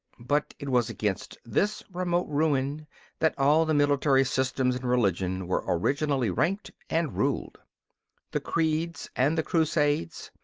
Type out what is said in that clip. but it was against this remote ruin that all the military systems in religion were originally ranked and ruled the creeds and the crusades,